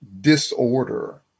disorder